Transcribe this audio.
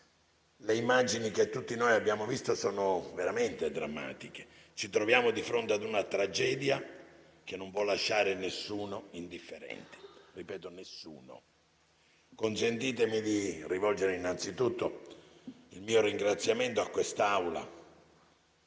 Le immagini che tutti noi abbiamo visto sono veramente drammatiche. Ci troviamo di fronte a una tragedia che non può lasciare nessuno indifferente. Lo ripeto: nessuno. Consentitemi di rivolgere innanzitutto il mio ringraziamento a quest'Assemblea